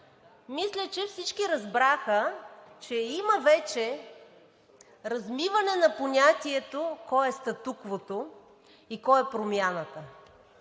Мисля, че всички разбраха, че вече има размиване на понятието кой е статуквото и кой е промяната.